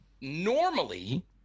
Normally